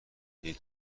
هیچ